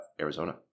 Arizona